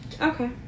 Okay